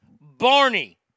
Barney